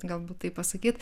galbūt taip pasakyt